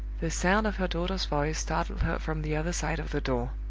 the sound of her daughter's voice startled her from the other side of the door